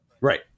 right